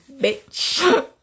bitch